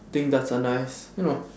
think darts are nice you know